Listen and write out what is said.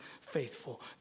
faithful